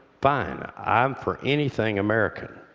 fine i'm for anything american,